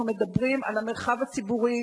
אנחנו מדברים על המרחב הציבורי,